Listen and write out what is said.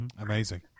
Amazing